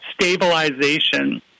stabilization